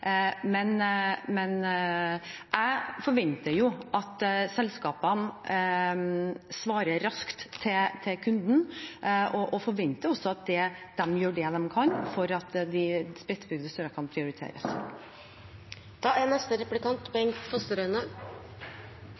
Men jeg forventer at selskapene svarer raskt til kunden, og forventer også at de gjør det de kan for at de spredtbygde strøkene prioriteres. Det er